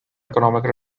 economic